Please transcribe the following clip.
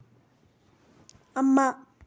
ꯑꯃ